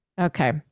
Okay